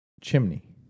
chimney